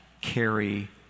carry